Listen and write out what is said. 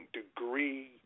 degree